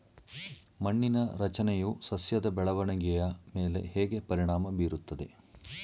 ಮಣ್ಣಿನ ರಚನೆಯು ಸಸ್ಯದ ಬೆಳವಣಿಗೆಯ ಮೇಲೆ ಹೇಗೆ ಪರಿಣಾಮ ಬೀರುತ್ತದೆ?